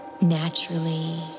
naturally